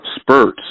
spurts